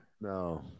No